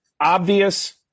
Obvious